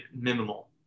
minimal